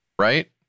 right